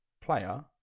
player